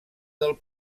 del